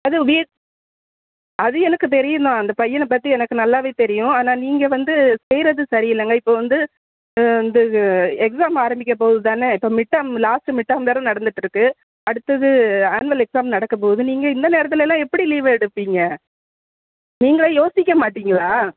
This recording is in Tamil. அதுவும் வீ அது எனக்கு தெரியும்தான் அந்த பையனை பற்றி எனக்கு நல்லாவே தெரியும் ஆனால் நீங்கள் வந்து செய்கிறது சரி இல்லைங்க இப்போது வந்து வந்து இது எக்ஸாம் ஆரம்மிக்கப் போகுது தானே இப்போ மிட்டேர்ம் லாஸ்ட்டு மிட்டேர்ம் வேறு நடந்துகிட்ருக்கு அடுத்தது ஆனுவல் எக்ஸாம் நடக்கபோகுது நீங்கள் இந்த நேரத்துலெலாம் எப்படி லீவு எடுப்பீங்க நீங்களே யோசிக்க மாட்டிங்களா